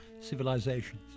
civilizations